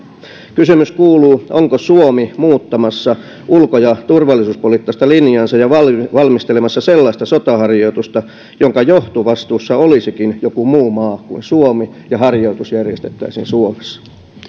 kysymys kuuluu onko suomi muuttamassa ulko ja turvallisuuspoliittista linjaansa ja valmistelemassa sellaista sotaharjoitusta jonka johtovastuussa olisikin joku muu maa kuin suomi ja joka järjestettäisiin suomessa